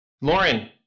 Lauren